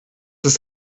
ist